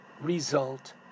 result